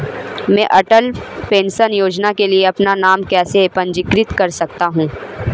मैं अटल पेंशन योजना के लिए अपना नाम कैसे पंजीकृत कर सकता हूं?